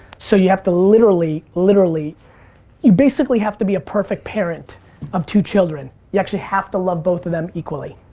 so you have to literally, you basically have to be a perfect parent of two children. you actually have to love both of them equally.